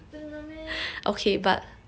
真的 meh